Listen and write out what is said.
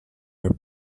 are